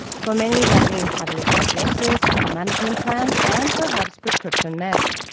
for many that means having a diagnosis, a management plan, and, perhaps, prescription meds.